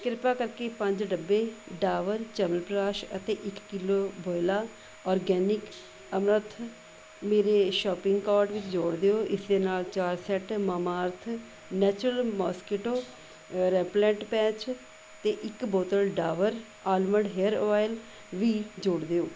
ਕ੍ਰਿਪਾ ਕਰਕੇ ਪੰਜ ਡੱਬੇ ਡਾਬਰ ਚਵਨਪ੍ਰਾਸ਼ ਅਤੇ ਇੱਕ ਕਿੱਲੋ ਵੋਇਲਾ ਔਰਗੈਨਿਕ ਅਮਰੰਥ ਮੇਰੇ ਸ਼ੋਪਿੰਗ ਕੋਰਟ ਵਿੱਚ ਜੋੜ ਦਿਓ ਇਸ ਦੇ ਨਾਲ ਚਾਰ set Mamaearth natural mosquito repellent patch ਅਤੇ ਇੱਕ ਬੋਤਲ ਡਾਬਰ ਆਲਮੰਡ ਹੇਅਰ ਔਇਲ ਵੀ ਜੋੜ ਦਿਓ